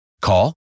Call